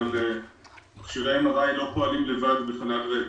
אבל המכשירים האלה לא פועלים לבד בחלל ריק.